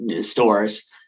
stores